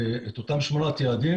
את אותם שמונת יעדים,